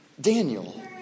Daniel